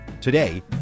Today